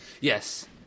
Yes